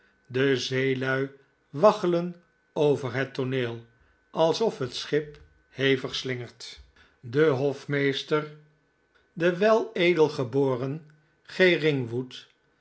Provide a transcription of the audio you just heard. de zeelui waggelen over het tooneel alsof het schip hevig slingert de hofmeester de